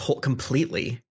completely